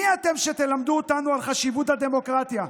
מי אתם שתלמדו אותנו על חשיבות הדמוקרטיה?